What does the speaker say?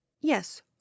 Yes